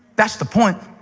that's the point.